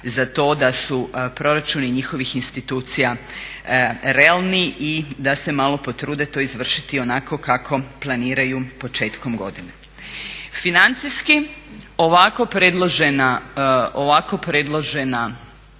za to da su proračuni njihovih institucija realni i da se malo potrude to izvršiti onako kako planiraju početkom godine. Financijski ovako predložena